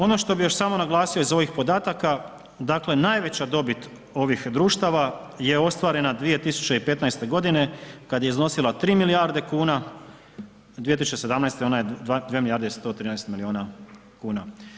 Ono što bih još samo naglasio iz ovih podataka dakle najveća dobit ovih društava je ostvarena 2015. godine kada je iznosila 3 milijarde kuna, 2017. ona je 2 milijarde i 113 milijuna kuna.